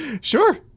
Sure